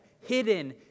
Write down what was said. hidden